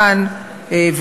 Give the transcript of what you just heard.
כאן,